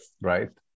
right